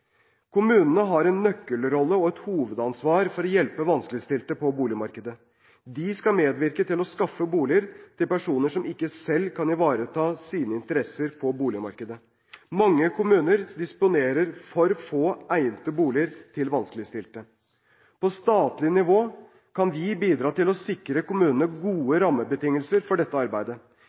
Kommunene har en nøkkelrolle og et hovedansvar for å hjelpe vanskeligstilte på boligmarkedet. De skal medvirke til å skaffe boliger til personer som ikke selv kan ivareta sine interesser på boligmarkedet. Mange kommuner disponerer for få egnede boliger til vanskeligstilte. På statlig nivå kan vi bidra til å sikre kommunene gode rammebetingelser for dette arbeidet.